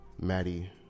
Maddie